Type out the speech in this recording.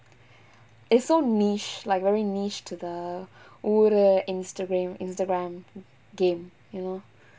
is so niche like very niche to the instagram instagram game you know